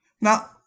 now